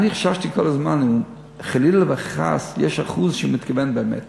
אני חששתי כל הזמן אם חלילה וחס יש אחוז שהוא מתכוון באמת